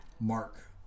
Mark